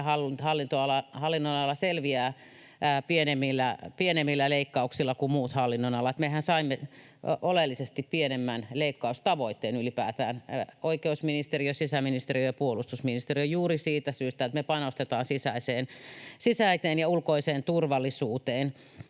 hallinnonala selviää pienemmillä leikkauksilla kuin muut hallinnonalat. Mehän saimme oleellisesti pienemmän leikkaustavoitteen ylipäätään, oikeusministeriö, sisäministeriö ja puolustusministeriö, juuri siitä syystä, että me panostetaan sisäiseen ja ulkoiseen turvallisuuteen.